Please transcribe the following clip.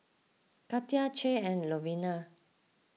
Katia Che and Louvenia